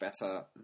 better